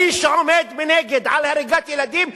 מי שעומד מנגד על הריגת ילדים,